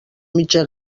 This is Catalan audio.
mitja